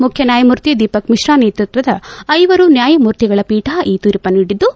ಮುಖ್ಯ ನ್ನಾಯಮೂರ್ತಿ ದೀಪಕ್ ಮಿಶ್ರಾ ನೇತೃತ್ವದ ಐವರು ನ್ಯಾಯಮೂರ್ತಿಗಳ ಪೀಠ ಈ ತೀರ್ಮ ನೀಡಿದ್ದು